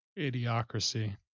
Idiocracy